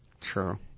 True